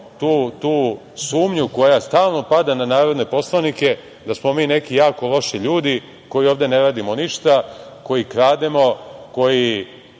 tu sumnju koja stalno pada na narodne poslanike, da smo mi neki jako loši ljudi koji ovde ne radimo ništa, koji krademo, koji